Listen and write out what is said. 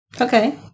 Okay